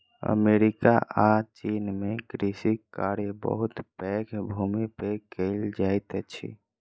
America आ चीन में कृषि कार्य बहुत पैघ भूमि पर कएल जाइत अछि